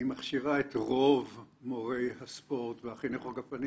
היא מכשירה את רוב מורי הספורט והחינוך הגופני